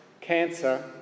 cancer